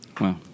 Wow